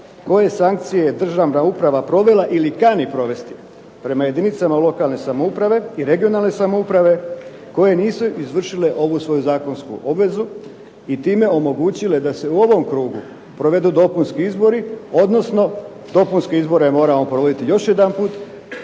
koje sankcije je državna uprava provela ili kani provesti prema jedinicama lokalne samouprave i regionalne samouprave koje nisu izvršile ovu svoju zakonsku obvezu i time omogućile da se u ovom krugu provedu dopunski izbori, odnosno dopunske izbore moramo provoditi još jedanput